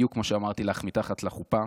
בדיוק כמו שאמרתי לך מתחת לחופה,